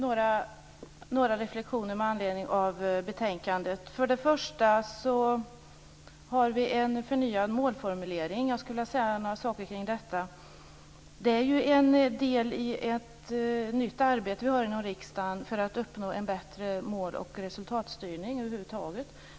Fru talman! Jag har några reflexioner med anledning av betänkandet. För det första har vi en förnyad målformulering. Jag skulle vilja säga några saker kring den. Den är en del i ett nytt arbete som vi har inom riksdagen för att uppnå en bättre mål och resultatstyrning över huvud taget.